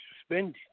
suspended